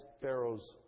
Pharaoh's